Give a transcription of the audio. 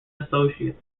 associates